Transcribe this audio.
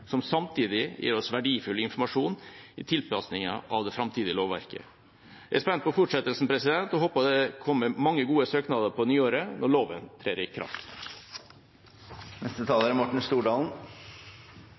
som samtidig gir oss verdifull informasjon i tilpasningen av det framtidige lovverket. Jeg er spent på fortsettelsen og håper det kommer mange gode søknader på nyåret, når loven trer i